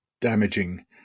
damaging